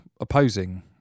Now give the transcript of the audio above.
opposing